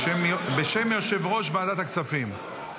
בשם יושב-ראש ועדת הכספים.